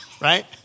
Right